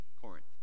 Corinth